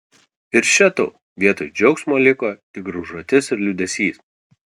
ir še tau vietoj džiaugsmo liko tik graužatis ir liūdesys